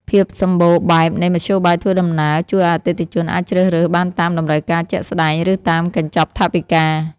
ភាពសម្បូរបែបនៃមធ្យោបាយធ្វើដំណើរជួយឱ្យអតិថិជនអាចជ្រើសរើសបានតាមតម្រូវការជាក់ស្ដែង ឬតាមកញ្ចប់ថវិកា។